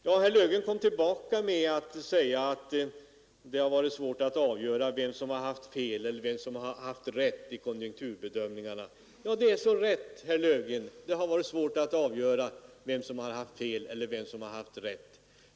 Herr Löfgren "kom tillbaka och sade att det är svårt att avgöra vem som har haft fel eller vem som har haft rätt vid konjunkturbedömningarna. Ja, herr Löfgren, det har varit svårt att avgöra detta.